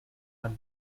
ein